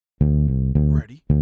Ready